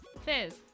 fizz